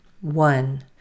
One